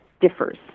differs